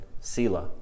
sila